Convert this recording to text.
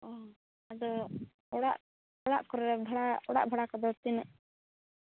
ᱟᱫᱚ ᱚᱲᱟᱜ ᱚᱲᱟᱜ ᱠᱚᱨᱮ ᱚᱲᱟᱜ ᱵᱷᱟᱲᱟ ᱠᱚᱫᱚ ᱛᱤᱱᱟᱹᱜ